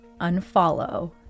Unfollow